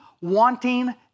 wanting